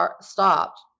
stopped